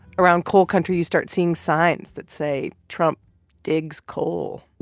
around coal country, you start seeing signs that say trump digs coal